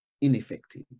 ineffective